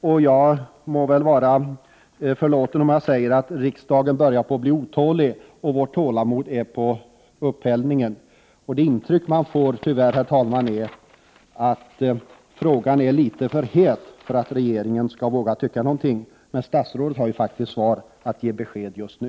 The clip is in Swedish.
Det må väl vara mig förlåtet om jag säger att riksdagen börjar bli otålig; vårt tålamod är på upphällningen. Det intryck man får, herr talman, är tyvärr att frågan är för het för att regeringen skall våga tycka någonting. Men statsrådet har ju faktiskt möjlighet att ge besked just nu.